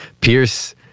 Pierce